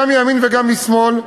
גם ימין וגם שמאל,